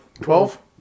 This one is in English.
twelve